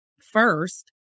first